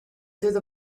through